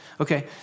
Okay